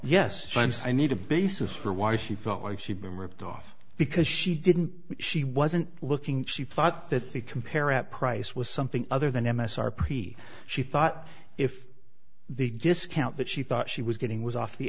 yes i need a basis for why she felt like she'd been ripped off because she didn't she wasn't looking she thought that the compare at price was something other than m s r pretty she thought if the discount that she thought she was getting was off the